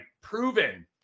proven